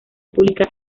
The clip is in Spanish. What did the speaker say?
ubica